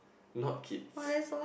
not kids